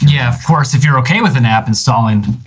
yeah, of course, if you're okay with an app installing